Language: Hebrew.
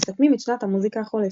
המסכמים את שנת המוזיקה החולפת.